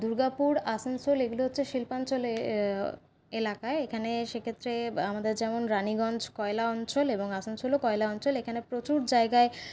দুর্গাপুর আসানসোল এগুলো হচ্ছে শিল্পাঞ্চলে এলাকা এখানে সেক্ষেত্রে আমাদের যেমন রানিগঞ্জ কয়লা অঞ্চল এবং আসানসোলও কয়লা অঞ্চল এখানে প্রচুর জায়গায়